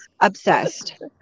obsessed